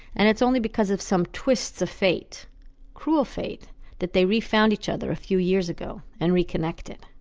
and it's only because of some twists of fate cruel fate that they re-found each other a few years ago, and re-connected